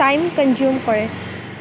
time consume কৰে